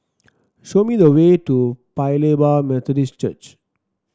show me the way to Paya Lebar Methodist Church